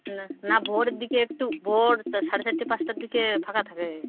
নাহ না ভোরের দিকে একটু ভোর সাড়ে চারটে পাঁচটার দিকে ফাঁকা থাকে